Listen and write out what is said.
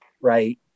right